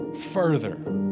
further